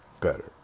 better